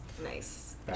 nice